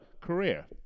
career